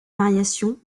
variation